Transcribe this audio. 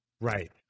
Right